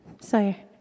Sorry